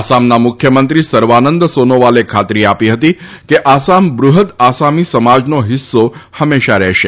આસામના મુખ્યમંત્રી સર્વાનંદ સોનોવાલે ખાત્રી આપી હતી કે આસામ બૃહદ આસામી સમાજનો હિસ્સો હંમેશા રહેશે